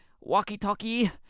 walkie-talkie